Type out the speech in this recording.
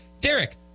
Derek